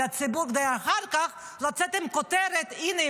הציבור כדי לצאת אחר כך עם כותרת "הינה,